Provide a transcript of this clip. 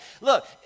Look